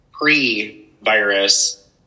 Pre-virus